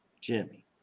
Jimmy